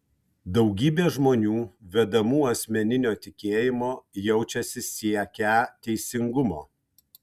daugybė žmonių vedamų asmeninio tikėjimo jaučiasi siekią teisingumo